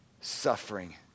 suffering